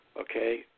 okay